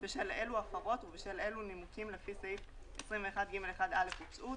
בשל אלו הפרות ובשל אלו נימוקים לפי סעיף 21ג1(א) הוצאו,